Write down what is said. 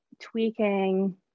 tweaking